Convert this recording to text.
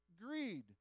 greed